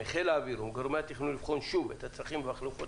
מחיל האוויר ומגורמי התכנון לבחון שוב את הצרכים והחלופות